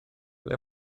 ble